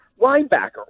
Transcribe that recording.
linebacker